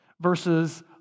versus